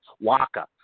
Waka